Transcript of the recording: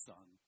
Son